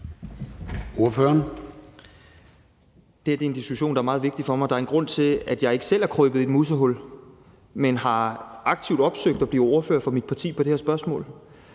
Vad (S): Det er den diskussion, der er meget vigtig for mig. Der er en grund til, at jeg ikke selv er krøbet i et musehul, men aktivt har opsøgt at blive ordfører for mit parti på det her spørgsmål.